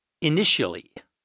initially